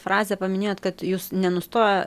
frazę paminėjot kad jus nenustoja